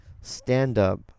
stand-up